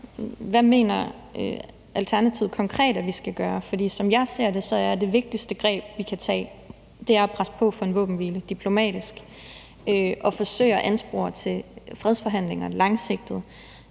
Hvad mener Alternativet konkret at vi skal gøre? For som jeg ser det, er det vigtigste greb, vi kan tage, at presse på for en våbenhvile diplomatisk og forsøge at anspore til fredsforhandlingerne langsigtet